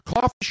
coffee